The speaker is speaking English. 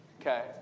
Okay